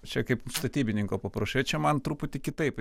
čia kaip statybininko paprašai čia man truputį kitaip